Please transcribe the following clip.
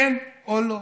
כן או לא?